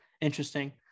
interesting